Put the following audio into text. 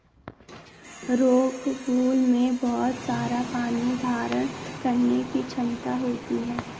rockwool में बहुत सारा पानी धारण करने की क्षमता होती है